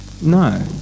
No